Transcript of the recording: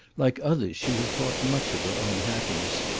like others she had thought much of her own happiness,